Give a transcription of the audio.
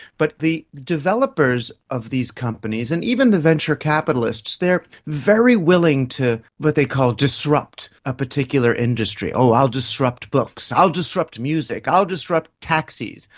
but the developers of these companies, and even the venture capitalists, they are very willing to what they call disrupt a particular industry oh, i'll disrupt books, i'll disrupt music, i'll disrupt taxis.